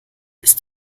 ist